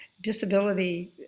disability